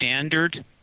Standard